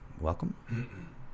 welcome